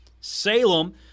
Salem